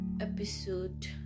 episode